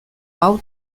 hau